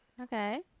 okay